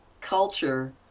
culture